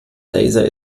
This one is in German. laser